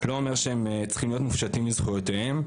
לא אומר שהם צריכים להיות מופשטים מזכויותיהם,